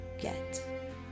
get